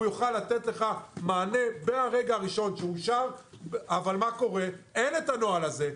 הוא יוכל לתת לך מענה מהרגע הראשון שאושר אבל אין הנוהל הזה,